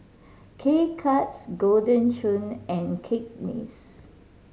K Cuts Golden Churn and Cakenis